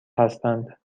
هستند